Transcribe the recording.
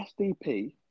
SDP